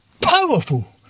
powerful